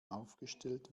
aufgestellt